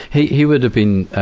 he he would have been, ah,